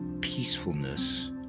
peacefulness